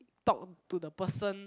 talk to the person